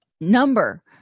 number